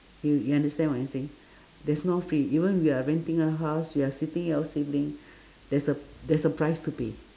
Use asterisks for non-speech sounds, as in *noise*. you you understand what I'm saying *breath* there's no free even if you're renting a house you're staying with your sibling there's a there's a price to pay